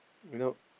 you know